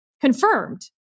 confirmed